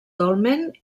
dolmen